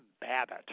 Babbitt